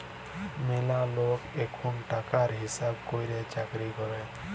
ম্যালা লক এখুল টাকার হিসাব ক্যরের চাকরি ক্যরে